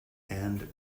and